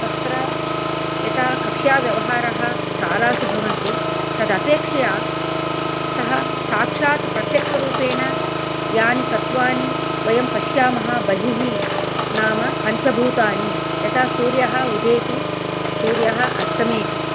तत्र यता कक्ष्याव्यवहारः शालासु भवन्ति तदपेक्षया सः साक्षात् प्रत्यक्षरूपेण यानि तत्वानि वयं पश्यामः बहिः नाम पञ्चभूतानि यथा सूर्यः उदेति सूर्यः अस्तमेति